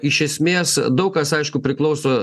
iš esmės daug kas aišku priklauso